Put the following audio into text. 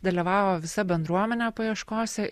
dalyvavo visa bendruomenė paieškose